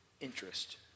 interest